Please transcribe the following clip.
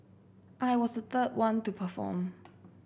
I was the third one to perform